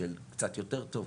של קצת יותר טוב,